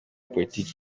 politiki